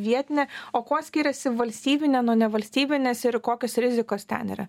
vietinę o kuo skiriasi valstybinė nuo nevalstybinės ir kokios rizikos ten yra